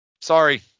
Sorry